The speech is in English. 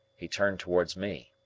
he turned towards me.